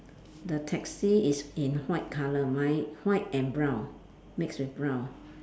the taxi is in white colour mine white and brown mix with brown